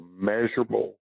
measurable